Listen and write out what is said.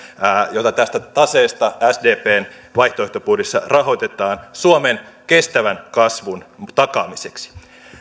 joita tästä taseesta sdpn vaihtoehtobudjetissa rahoitetaan suomen kestävän kasvun takaamiseksi